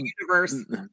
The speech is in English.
universe